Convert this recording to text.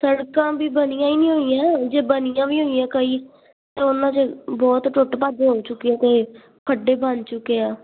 ਸੜਕਾਂ ਵੀ ਬਣੀਆਂ ਹੀ ਨਹੀਂ ਹੋਈਆਂ ਜੇ ਬਣੀਆਂ ਵੀ ਹੋਈਆਂ ਕਈ ਤਾਂ ਉਹਨਾਂ 'ਚ ਬਹੁਤ ਟੁੱਟ ਭੱਜ ਹੋ ਚੁੱਕਾ ਅਤੇ ਖੱਡੇ ਬਣ ਚੁੱਕੇ ਆ